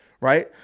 Right